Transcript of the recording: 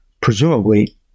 presumably